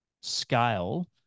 scale